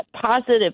positive